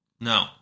No